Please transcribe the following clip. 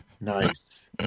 Nice